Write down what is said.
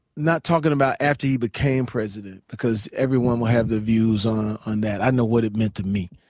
not talking about after he became president because everyone will have their views on on that. i know what it meant to me.